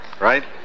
right